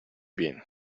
bien